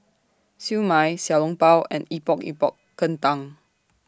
Siew Mai Xiao Long Bao and Epok Epok Kentang